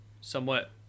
somewhat